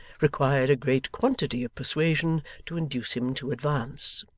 required a great quantity of persuasion to induce him to advance.